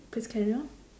please carry on